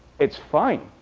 it's fine.